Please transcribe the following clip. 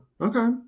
Okay